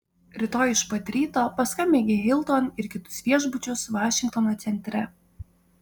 rytoj iš pat ryto paskambink į hilton ir kitus viešbučius vašingtono centre